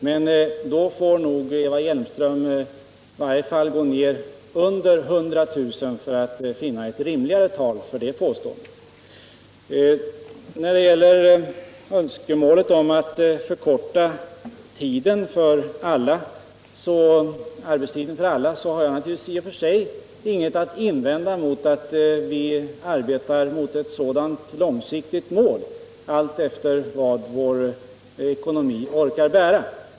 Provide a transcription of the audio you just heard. Men det rör sig inte om 800 000, utan Eva Hjelmström får nog gå ned under 100 000 för att finna ett rimligare tal för den gruppen. När det gäller önskemålet om att förkorta arbetstiden för alla har jag naturligtvis i och för sig ingenting att invända mot att vi arbetar mot ett sådant långsiktigt mål alltefter vad vår ekonomi orkar bära.